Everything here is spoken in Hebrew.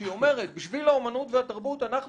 שהיא אומרת שבשביל האמנות והתרבות אנחנו